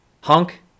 Hunk